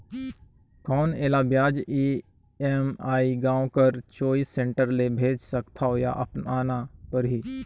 कौन एला ब्याज ई.एम.आई गांव कर चॉइस सेंटर ले भेज सकथव या आना परही?